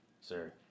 sir